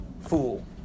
fool